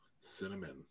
Cinnamon